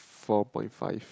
four point five